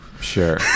Sure